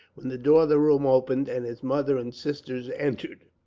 when the door of the room opened and his mother and sisters entered.